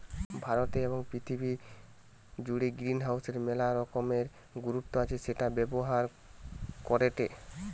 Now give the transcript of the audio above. ভারতে এবং পৃথিবী জুড়ে গ্রিনহাউসের মেলা রকমের গুরুত্ব আছে সেটা ব্যবহার করেটে